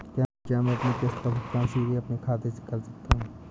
क्या मैं अपनी किश्त का भुगतान सीधे अपने खाते से कर सकता हूँ?